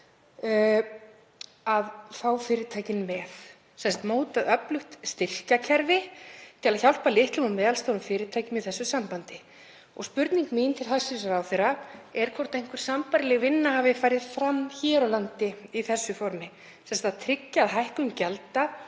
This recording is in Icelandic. að fá fyrirtækin með og mótað öflugt styrkjakerfi til að hjálpa litlum og meðalstórum fyrirtækjum í þessu sambandi. Spurning mín til hæstv. ráðherra er hvort einhver sambærileg vinna hafi farið fram hér á landi í þessu formi, að tryggja að hækkun gjalda